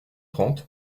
trente